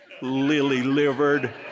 lily-livered